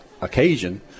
occasion